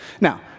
Now